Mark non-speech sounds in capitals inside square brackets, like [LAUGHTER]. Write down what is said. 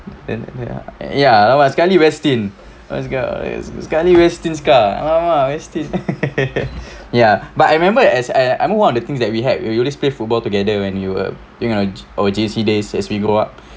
then ya ya !wah! sekali westin sekali westin's car westin [LAUGHS] ya but I remember as eh one of the things that we had we we always play football together when you uh think uh our J_C days as we go out